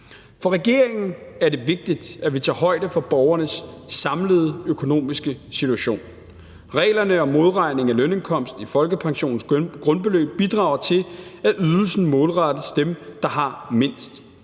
For regeringen er det vigtigt, at vi tager højde for borgernes samlede økonomiske situation. Reglerne om modregning af lønindkomst i folkepensionens grundbeløb bidrager til, at ydelsen målrettes dem, der har mindst.